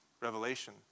Revelation